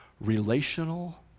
relational